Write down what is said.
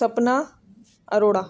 Sapna Arora